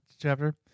chapter